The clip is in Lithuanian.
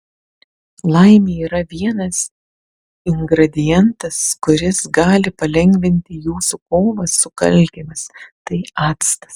laimei yra vienas ingredientas kuris gali palengvinti jūsų kovą su kalkėmis tai actas